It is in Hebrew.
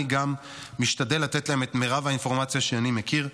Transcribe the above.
אני גם משתדל לתת להם את מרב האינפורמציה שאני מכיר,